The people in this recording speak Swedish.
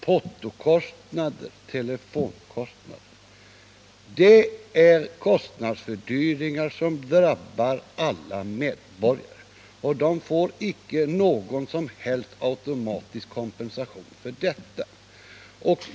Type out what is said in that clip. Portokostnader och telefonkostnader är fördyringar som drabbar alla medborgare, och medborgarna får icke någon som helst automatisk kompensation för detta.